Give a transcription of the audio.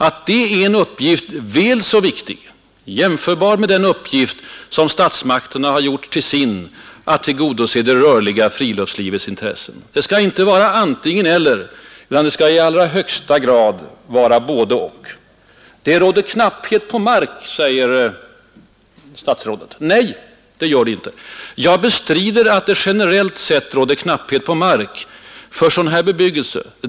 Och uppgiften är väl så viktig som den strävan statsmakterna gjort till sin, nämligen att tillgodose det rörliga friluftslivets intressen. Det skall inte vara antingen-eller utan i allra högsta grad både-och. Det råder knapphet på mark, säger statsrådet. Nej, det gör det inte. Jag bestrider att det generellt sett råder knapphet på mark för sådan här bebyggelse.